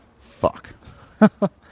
fuck